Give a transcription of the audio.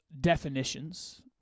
definitions